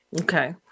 Okay